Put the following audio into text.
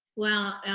well,